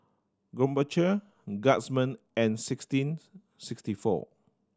Krombacher Guardsman and sixteen sixty four